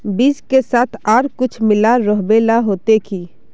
बीज के साथ आर कुछ मिला रोहबे ला होते की?